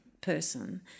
person